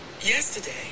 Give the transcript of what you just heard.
yesterday